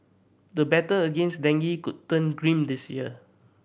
the battle against dengue could turn grim this year